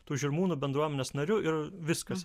tų žirmūnų bendruomenės nariu ir viskas